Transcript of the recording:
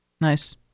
Nice